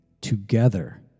together